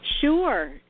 Sure